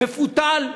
מפותל?